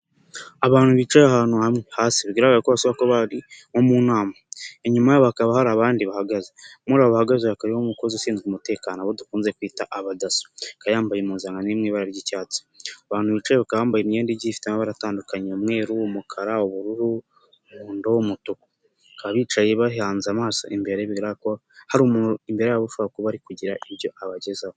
Abantu bicaye ahantu hamwe hasi bigaragarako bashobora kuba bari nko mu nama inyuma hakaba hari abandi bahagaze, muri abo bahagaze hakaba harimo umukozi ushinzwe umutekano abo dukunze kwita umudaso yambaye impuzankano iri mwibara ry'icyatsi, abantu bicaye bakaba bambaye imyenda igiye ifite amabara atandukanya: umweruumukara, umukara, ubururu, umuhodo, umutuku. Bakaba bicaye bahanze amaso imbere bigaragarako hari umuntu imbere yabo ushobora kuba arikugira ibyo abagezaho.